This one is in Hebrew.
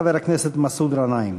חבר הכנסת מסעוד גנאים.